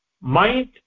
Mind